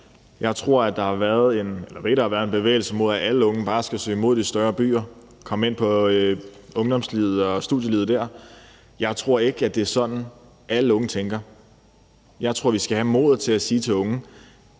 Jeg ved, der har været en bevægelse mod, at alle unge bare skal søge mod de større byer, komme ind i ungdomslivet og studielivet der. Jeg tror ikke, det er sådan, alle unge tænker. Jeg tror, vi skal have modet til at sige til de unge,